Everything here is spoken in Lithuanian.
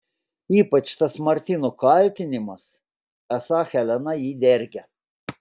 ypač tas martino kaltinimas esą helena jį dergia